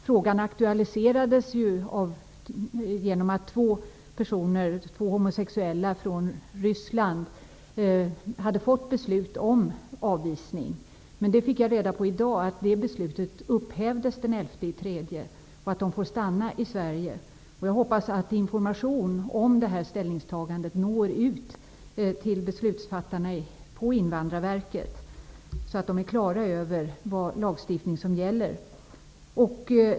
Frågan aktualiserades ju genom att två homosexuella personer från Ryssland hade fått beslut om avvisning. I dag fick jag reda på att det beslutet upphävdes den 11 mars och att de får stanna i Sverige. Jag hoppas att information om det här ställningstagandet når ut till beslutsfattarna på Invandrarverket, så att de är klara över vilken lagstiftning som gäller.